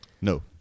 no